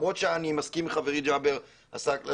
למרות שאני מסכים עם חברי ג'אבר עסאקלה